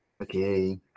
Okay